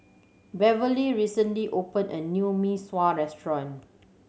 Beverly recently opened a new Mee Sua restaurant